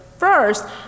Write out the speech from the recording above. first